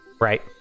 Right